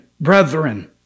Brethren